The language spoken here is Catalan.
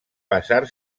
passar